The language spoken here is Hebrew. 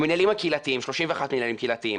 31 מינהלים קהילתיים.